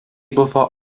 buvo